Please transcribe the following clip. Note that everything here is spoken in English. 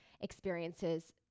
experiences